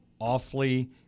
awfully